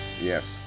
Yes